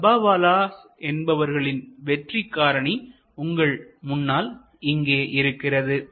டப்பாவாலாஸ் என்பவர்களின் வெற்றி காரணி உங்கள் முன்னால் இங்கே இருக்கிறது